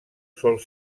sol